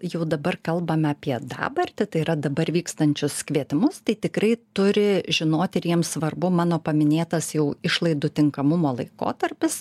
jau dabar kalbame apie dabartį tai yra dabar vykstančius kvietimus tai tikrai turi žinoti ir jiems svarbu mano paminėtas jau išlaidų tinkamumo laikotarpis